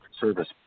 service